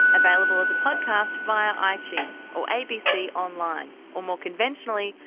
available as a podcast via ah itunes, or abc online. or more conventionally,